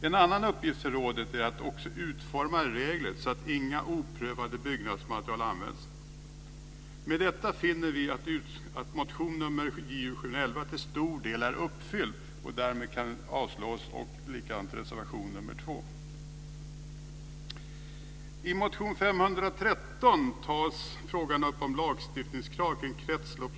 En annan uppgift för rådet är att utforma regler så att inga oprövade byggnadsmaterial används. Med detta finner vi att motionen till stor del är uppfylld och avstyrks därmed motionen, liksom reservation 2.